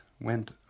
went